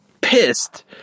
pissed